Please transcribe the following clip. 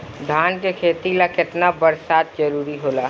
धान के खेती ला केतना बरसात जरूरी होला?